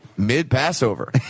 Mid-Passover